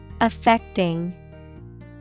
Affecting